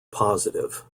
positive